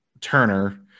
Turner